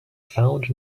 found